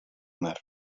mar